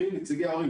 נציגי ההורים,